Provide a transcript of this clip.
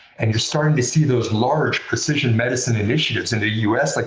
and you're starting to see those large precision medicine initiatives in the u s, like